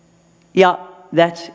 ja thats